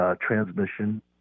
transmission